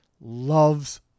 loves